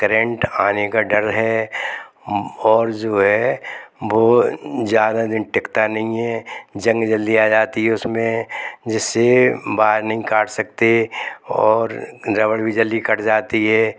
current आने का डर है और जो है वो ज्यादा दिन टिकता नहीं है जंग जल्दी आ जाती है उसमें जिससे बार नहीं काट सकते और रबड़ भी जल्दी कट जाती है